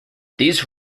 these